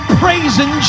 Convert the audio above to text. praising